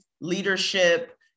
leadership